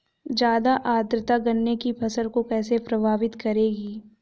ज़्यादा आर्द्रता गन्ने की फसल को कैसे प्रभावित करेगी?